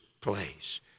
place